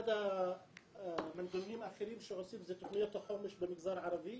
אחד המנגנונים האחרים שעושים זה תוכניות החומש במגזר הערבי.